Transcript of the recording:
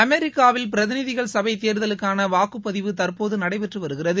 அமெரிக்காவில் பிரதிநிதிகள் சபை தேர்தலுக்கான வாக்குப்பதிவு தற்போது நடைபெற்று வருகிறது